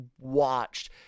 watched